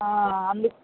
అందుకే